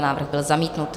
Návrh byl zamítnut.